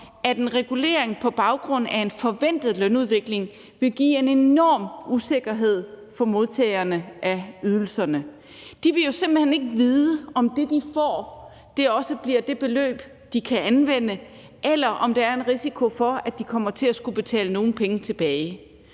at en regulering på baggrund af en forventet lønudvikling vil give en enorm usikkerhed for modtagerne af ydelserne. De vil jo simpelt hen ikke vide, om det, de får, også bliver det beløb, de kan anvende, eller om der er en risiko for, at de kommer til at skulle betale nogle penge tilbage.